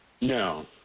No